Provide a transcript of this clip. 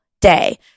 day